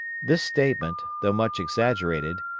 this statement, though much exaggerated,